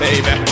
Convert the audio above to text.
Baby